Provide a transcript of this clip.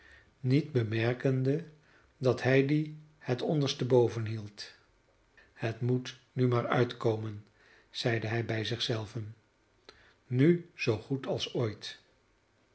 niet bemerkende dat hij dien het onderste boven hield het moet nu maar uitkomen zeide hij bij zich zelven nu zoo goed als ooit